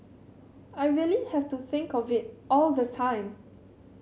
I really have to think of it all the time